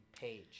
page